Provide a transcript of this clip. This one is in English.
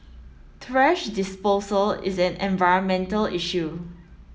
thrash disposal is an environmental issue